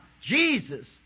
Jesus